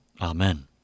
Amen